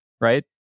Right